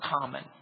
common